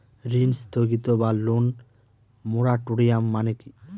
ঋণ স্থগিত বা লোন মোরাটোরিয়াম মানে কি?